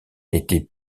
n’étaient